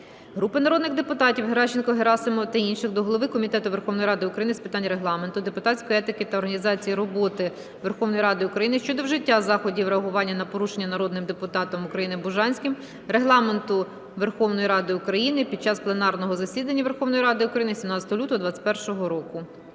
Групи народних депутатів (Геращенко, Герасимова та інших) до голови Комітету Верховної Ради України з питань Регламенту, депутатської етики та організації роботи Верховної Ради України щодо вжиття заходів реагування на порушення народним депутатом України Бужанським Регламенту Верховної Ради України під час пленарного засідання Верховної Ради України 17 лютого 2021 року.